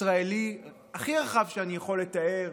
ישראלי הכי רחב שאני יכול לתאר,